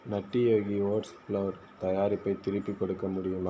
நட்டி Yogi oats flour தயாரிப்பை திருப்பிக் கொடுக்க முடியுமா